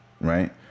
right